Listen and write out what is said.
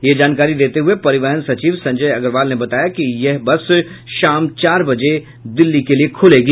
ये जानकारी देते हुये परिवहन सचिव संजय अग्रवाल ने बताया कि यह बस शाम चार बजे दिल्ली के लिये खुलेगी